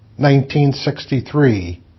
1963